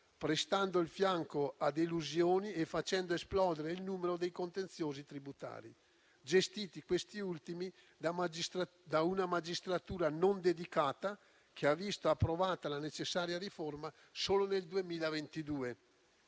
prestando il fianco ad elusioni e facendo esplodere il numero dei contenziosi tributari, gestiti da una magistratura non dedicata, che ha visto approvata la necessaria riforma solo nel 2022.